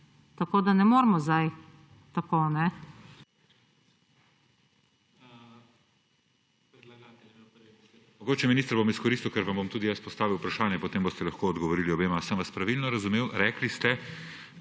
tako da ne moremo zdaj tako.